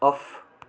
off